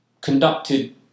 conducted